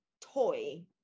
toy